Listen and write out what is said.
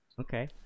Okay